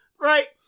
Right